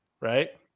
right